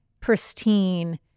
pristine